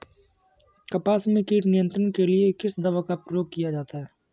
कपास में कीट नियंत्रण के लिए किस दवा का प्रयोग किया जाता है?